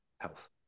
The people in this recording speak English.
health